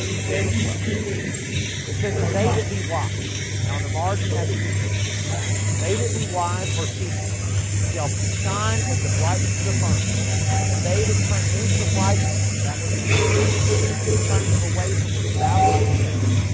of daniel twelve it says then they that be wise now in the margin that's teachers they that be wise or teachers shall shine as the brightness of the firmament and they that turn many to righteousness that would be the truth that would turn them away from this babylon in error